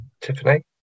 Tiffany